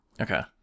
Okay